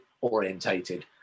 orientated